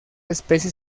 especie